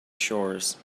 shores